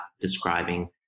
describing